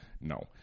no